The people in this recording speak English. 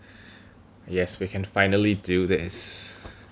yes we can finally do this